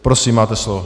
Prosím, máte slovo.